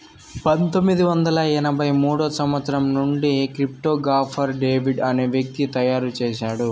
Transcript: పంతొమ్మిది వందల ఎనభై మూడో సంవచ్చరం నుండి క్రిప్టో గాఫర్ డేవిడ్ అనే వ్యక్తి తయారు చేసాడు